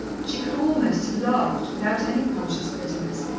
she could almost have laughed, without any conscious bitterness,